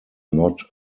not